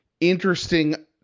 interesting